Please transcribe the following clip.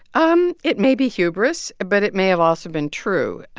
um it may be hubris, but it may have also been true.